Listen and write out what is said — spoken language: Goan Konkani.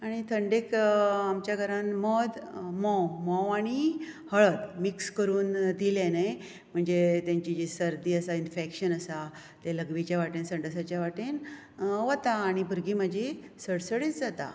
आनी थंडेक आमच्या घरान म्होंव म्होंव आनी हळद मिक्स करून दिलें न्हय म्हणजे तेंची जी सरदी आसा इंफेक्शन आसा तें लघवीच्या वाटेन संडासाच्या वाटेन वता आनी भुरगींं म्हजी सडसडीत जाता